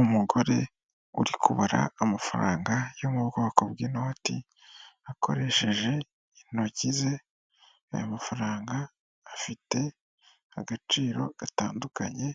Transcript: Umugore uri kubara amafaranga yo mu bwoko bw'inoti akoresheje intoki ze. Ayo mafaranga afite agaciro gatandukanye